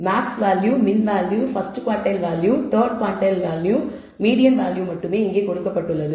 max value min value first quartile third quartile median இங்கே கொடுக்கப்பட்டுள்ளது